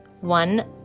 one